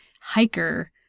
Hiker